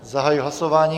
Zahajuji hlasování.